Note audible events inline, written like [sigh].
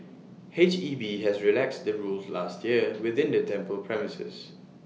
[noise] H E B has relaxed the rules last year within the temple premises